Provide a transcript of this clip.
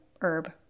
herb